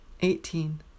eighteen